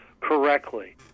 correctly